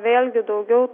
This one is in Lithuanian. vėlgi daugiau